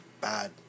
Bad